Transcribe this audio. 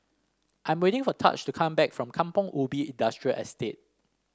I'm waiting for Tahj to come back from Kampong Ubi Industrial Estate